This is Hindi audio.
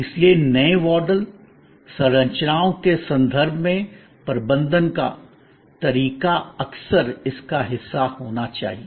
इसलिए नए मॉडल संरचनाओं के संदर्भ में प्रबंधन का तरीका अक्सर इसका हिस्सा होना चाहिए